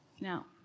Now